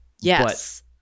yes